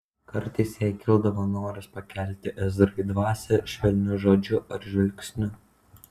kartais jai kildavo noras pakelti ezrai dvasią švelniu žodžiu ar žvilgsniu